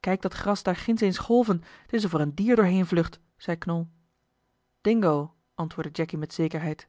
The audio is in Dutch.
kijk dat gras daar ginds eens golven t is of er een dier doorheen vlucht zei knol dingo antwoordde jacky met zekerheid